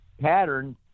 pattern